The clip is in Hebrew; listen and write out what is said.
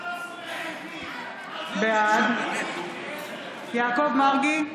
בעד יעקב מרגי,